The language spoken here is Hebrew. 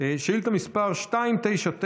שאילתה מס' 299,